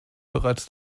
bereits